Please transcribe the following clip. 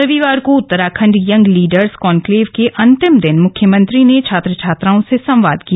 रविवार को Uttarakhand young leaders conclave के अंतिम दिन मुख्यमंत्री ने छात्र छात्राओं से संवाद किया